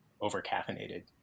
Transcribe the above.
over-caffeinated